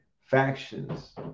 factions